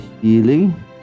healing